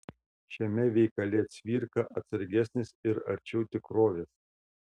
šiame veikale cvirka atsargesnis ir arčiau tikrovės